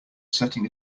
setting